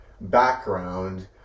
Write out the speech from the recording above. background